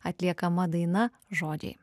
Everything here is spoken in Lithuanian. atliekama daina žodžiai